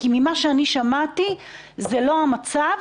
כי ממה ששמעתי זה לא המצב.